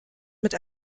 mit